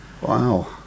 Wow